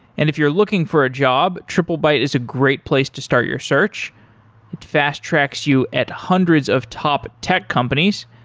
and if you're looking for a job, triplebyte is a great place to start your search. it fast tracks you at hundreds of top tech companies.